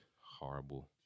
horrible